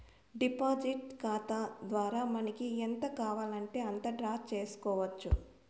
deposit ఖాతా ద్వారా మనకి ఎంత కావాలంటే అంత డ్రా చేసుకోవచ్చు